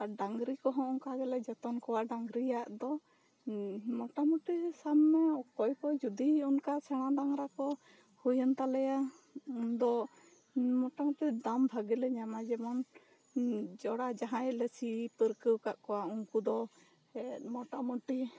ᱰᱟ ᱝᱨᱤ ᱠᱚᱦᱚ ᱚᱱᱠᱟᱞᱮ ᱡᱚᱛᱚᱱ ᱠᱚᱣᱟ ᱰᱟ ᱝᱨᱤ ᱟᱜ ᱫᱚ ᱢᱚᱴᱟ ᱢᱚᱴᱤ ᱥᱟᱵ ᱢᱮ ᱚᱠᱚᱭ ᱠᱚ ᱡᱚᱫᱤ ᱚᱱᱠᱟ ᱥᱮᱬᱟ ᱰᱟᱝᱨᱟ ᱠᱚ ᱦᱩᱭᱩᱜ ᱮᱱ ᱛᱟᱦᱚᱞᱮ ᱫᱚ ᱢᱚᱴᱟ ᱢᱚᱴᱤ ᱫᱟᱢ ᱫᱚ ᱵᱟᱜᱮ ᱞᱮ ᱧᱟᱢᱟ ᱡᱮᱢᱚᱱ ᱡᱚᱲᱟ ᱡᱟᱦᱟᱭ ᱞᱮ ᱥᱤ ᱯᱟ ᱨᱠᱟ ᱠᱟᱜ ᱠᱚᱣᱟ ᱩᱱᱠᱩ ᱫᱚ ᱢᱚᱴᱟ ᱢᱚᱴᱤ